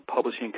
publishing